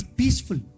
peaceful